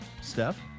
Steph